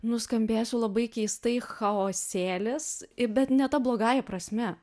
nuskambėsiu labai keistai chaosėlis bet ne ta blogąja prasme